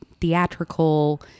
theatrical